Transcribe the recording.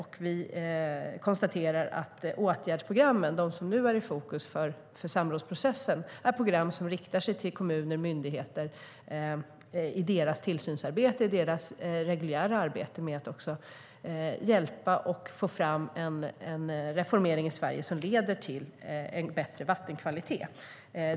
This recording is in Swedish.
Vi konstaterar även att de åtgärdsprogram som nu är i fokus för samrådsprocessen är program som riktar sig till kommuner och myndigheter i deras tillsynsarbete och i deras reguljära arbete med att hjälpa och få fram en reformering i Sverige som leder till en bättre vattenkvalitet.